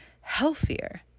healthier